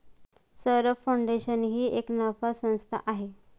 Saurabh foundation ही एक ना नफा संस्था आहे